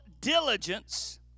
diligence